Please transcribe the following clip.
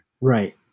Right